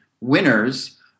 winners